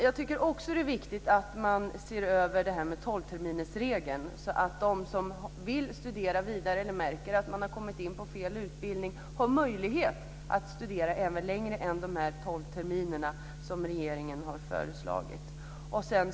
Jag tycker också att det är viktigt att man ser över tolvterminersregeln, så att de som vill studera vidare eller märker att de har kommit in på fel utbildning har möjlighet att studera även längre än de tolv terminer som regeringen har föreslagit.